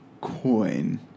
coin